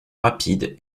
rapide